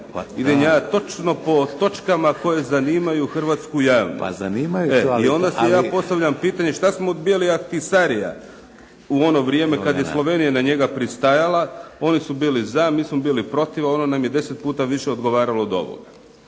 Pa zanimaju je, ali ... **Kajin, Damir (IDS)** I onda si ja postavljam pitanje šta smo odbijali Ahtisarija u ono vrijeme kada je Slovenija na njega pristajala. Oni su bili za, mi smo bili protiv, a ono nam je 10 puta više odgovaralo od ovoga.